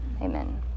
Amen